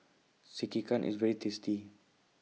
Sekihan IS very tasty